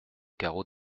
carreaux